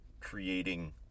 creating